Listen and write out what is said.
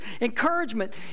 encouragement